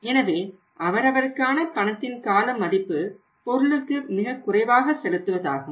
எனவே அவருக்கான பணத்தின் கால மதிப்பு பொருளுக்கு மிகக்குறைவாக செலுத்துவதாகும்